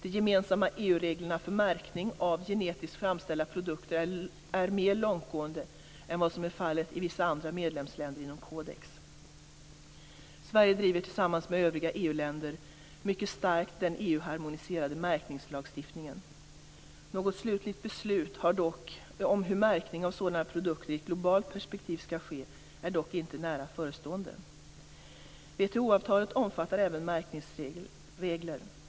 De gemensamma EU-reglerna för märkning av gentekniskt framställda produkter är mer långtgående än vad som är fallet i vissa andra medlemsländer inom Codex. Sverige driver tillsammans med övriga EU länder mycket starkt den EU-harmoniserade märkningslagstiftningen. Något slutgiltigt beslut om hur märkning av sådana produkter i ett globalt perspektiv skall ske är dock inte nära förestående. WTO-avtalen omfattar även märkningregler.